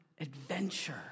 adventure